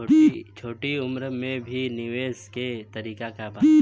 छोटी उम्र में भी निवेश के तरीका क बा?